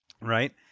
right